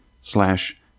slash